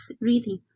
reading